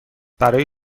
برای